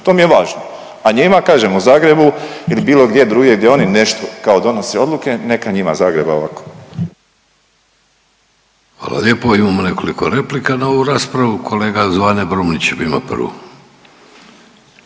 to mi je važno. A njima kažem u Zagrebu ili bilo gdje drugdje gdje oni nešto kao donose odluke, neka njima Zagreba ovako. **Vidović, Davorko (Socijaldemokrati)** Hvala lijepo. Imamo nekoliko replika na ovu raspravu, kolega Zvane Brumnić ima prvu.